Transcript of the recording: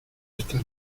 esta